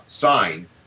sign